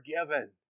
forgiven